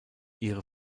ihre